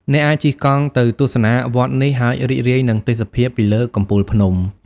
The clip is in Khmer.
អ្នកអាចជិះកង់ទៅទស្សនាវត្តនេះ ហើយរីករាយនឹងទេសភាពពីលើកំពូលភ្នំ។